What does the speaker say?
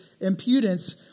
impudence